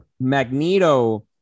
Magneto